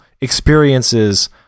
experiences